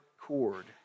cord